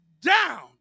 down